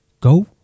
go